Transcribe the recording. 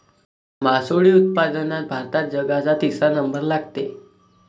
मासोळी उत्पादनात भारताचा जगात तिसरा नंबर लागते